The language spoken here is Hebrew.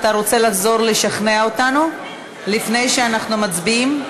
אתה רוצה לחזור לשכנע אותנו לפני שאנחנו מצביעים?